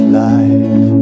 life